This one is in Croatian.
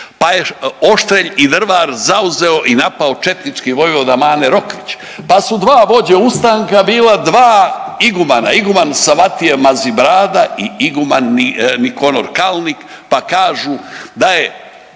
pa je Oštrelj i Drvar zauzeo i napao četnički vojvoda Mane Rokvić, pa su dva vođe ustanka bila dva Igumana, Iguman Savatije Mazibrada i Iguman Nikonor Kalnik pa kažu da je